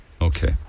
Okay